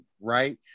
right